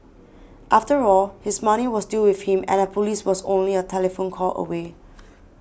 after all his money was still with him and the police was only a telephone call away